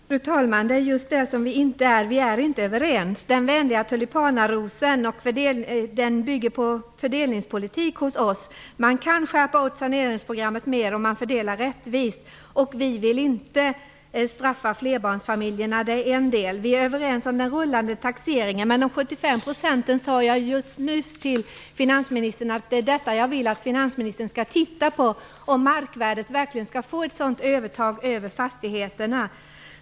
Fru talman! Det just det vi inte är. Vi är inte överens. Den vänliga tulipanarosen bygger på fördelningspolitik hos oss. Man kan skärpa åt saneringsprogrammet mer om man fördelar rättvist. Vi vill inte straffa flerbarnsfamiljerna. Det är en del. Vi är överens om den rullande taxeringen, men när det gäller dessa 75 % sade jag nyss till finansministern att det är detta jag vill att finansministern skall titta på. Skall verkligen markvärdet få ett sådant övertag över fastighetsvärdet?